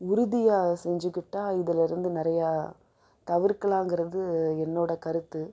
உறுதியாக செஞ்சிக்கிட்டா இதுலேர்ந்து நிறையா தவிர்க்கலாங்கிறது என்னோட கருத்து